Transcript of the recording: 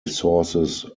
sources